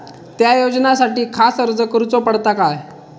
त्या योजनासाठी खास अर्ज करूचो पडता काय?